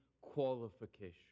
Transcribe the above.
qualification